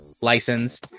license